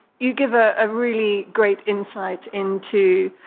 you give a ah really great insight into